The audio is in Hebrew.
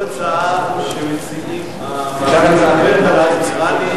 כל הצעה שמציעים המציעים מקובלת עלי.